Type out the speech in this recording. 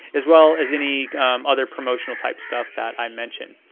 as well as any other promotional type stuff that i mention.